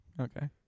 Okay